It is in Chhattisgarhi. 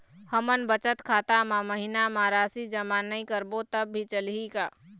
हमन बचत खाता मा महीना मा राशि जमा नई करबो तब भी चलही का?